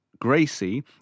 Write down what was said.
Gracie